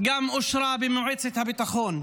גם אושרה במועצת הביטחון.